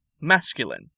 masculine